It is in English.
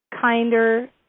kinder